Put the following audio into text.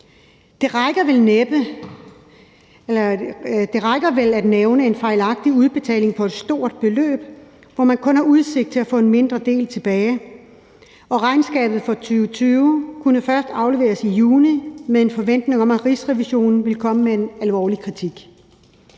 Det rækker vel at nævne en fejlagtig udbetaling af et stort beløb, hvor man kun har udsigt til at få en mindre del tilbage. Og regnskabet for 2020 kunne først afleveres i juni med en forventning om, at Rigsrevisionen ville komme med en alvorlig kritik.